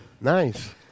Nice